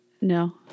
No